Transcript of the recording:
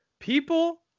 People